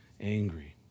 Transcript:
angry